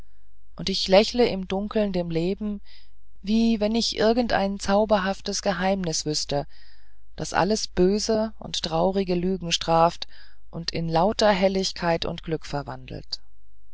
und ich lächle im dunkeln dem leben wie wenn ich irgendein zauberhaftes geheimnis wüßte das alles böse und traurige lügen straft und in lauter helligkeit und glück wandelt